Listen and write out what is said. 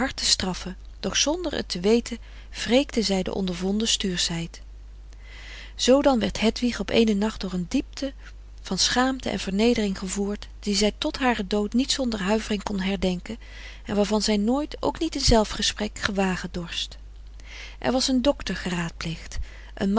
straffen doch zonder t te weten wreekte zij de ondervonden stuurschheid zoo dan werd hedwig op eenen nacht door een diepte van schaamte en vernedering gevoerd die zij tot haren dood niet zonder huivering kon herdenken en waarvan zij nooit ook niet in zelfgesprek gewagen dorst er was een docter geraadpleegd een